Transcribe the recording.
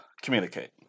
communicate